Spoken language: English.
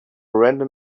random